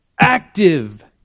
active